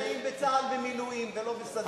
לא נמצאים בצה"ל במילואים ולא בסדיר,